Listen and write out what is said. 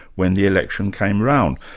when the election came around.